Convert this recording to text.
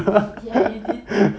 ya you did